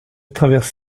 traverse